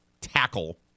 tackle